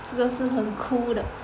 这个是很 cool 的